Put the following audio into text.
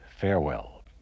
farewell